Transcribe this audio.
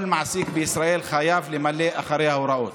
כל מעסיק בישראל חייב למלא אחר ההוראות.